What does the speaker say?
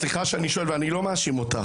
סליחה שאני שואל ואני לא מאשים אותך,